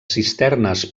cisternes